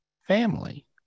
family